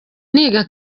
niga